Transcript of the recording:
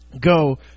Go